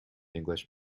english